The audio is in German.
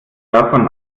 davon